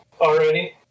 already